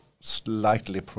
slightly